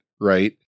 Right